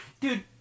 dude